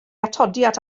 atodiad